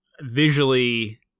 visually